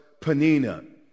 Panina